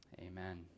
Amen